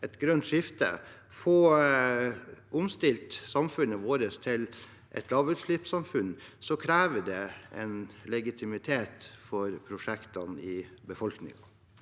et grønt skifte og få omstilt samfunnet vårt til et lavutslippssamfunn, krever det en legitimitet for prosjektene i befolkningen,